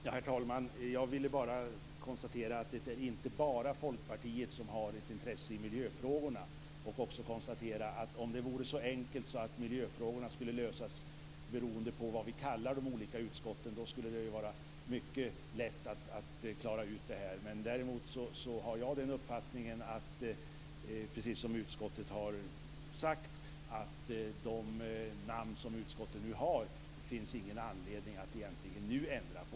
Herr talman! Jag vill bara konstatera att det inte bara är Folkpartiet som har ett intresse i miljöfrågorna. Jag vill också konstatera att om det vore så enkelt att miljöfrågorna skulle lösas beroende på vad vi kallar de olika utskotten, då skulle det vara mycket lätt att klara ut det här. Däremot har jag den uppfattningen, precis som utskottet har sagt, att de namn som utskotten nu har finns det egentligen ingen anledning att nu ändra på.